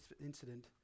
incident